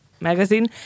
magazine